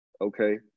Okay